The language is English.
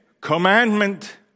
commandment